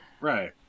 Right